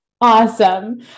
Awesome